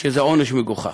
שזה עונש מגוחך.